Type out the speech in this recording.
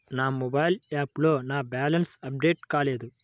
నా మొబైల్ యాప్లో నా బ్యాలెన్స్ అప్డేట్ కాలేదు